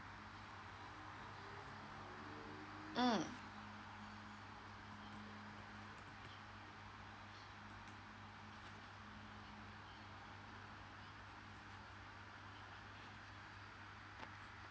mm